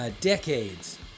decades